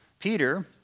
Peter